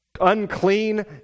unclean